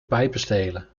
pijpenstelen